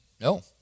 no